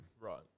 Right